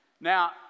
now